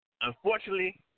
Unfortunately